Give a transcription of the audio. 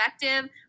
effective